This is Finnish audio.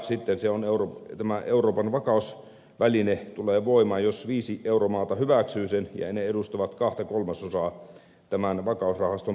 sitten euroopan vakausväline tulee voimaan jos viisi euromaata hyväksyy sen ja ne edustavat kahta kolmasosaa tämän vakausrahaston pääomasta